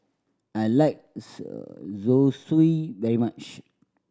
I like Zosui very much